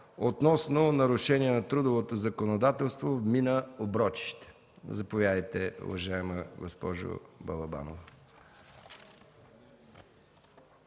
относно нарушение на трудовото законодателство в мина „Оброчище”. Заповядайте, уважаема госпожо Балабанова.